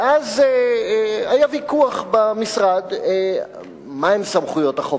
ואז היה ויכוח במשרד מהן סמכויות החובש.